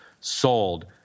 sold